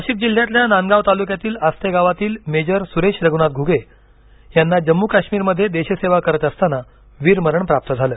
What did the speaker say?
नाशिक जिल्ह्यातील नांदगाव तालुक्यातील आस्ते गावातील मेजर सुरेश रघुनाथ घुगे यांना जम्मू काश्मीरमध्ये देशसेवा करत असताना वीरमरण प्राप्त झाले